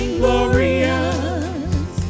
glorious